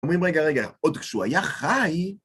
אומרים, רגע, רגע, עוד כשהוא היה חי.